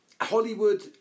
Hollywood